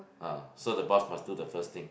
ah so the boss must do the first thing